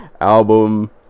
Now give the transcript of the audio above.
album